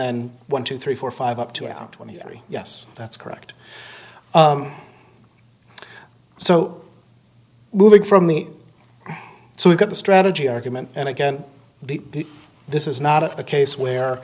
then one two three four five up to around twenty three yes that's correct so moving from the so we've got the strategy argument and again the this is not a case where